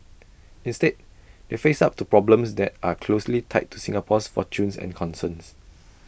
instead they face up to problems that are closely tied to Singapore's fortunes and concerns